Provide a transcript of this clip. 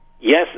yes